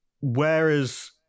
whereas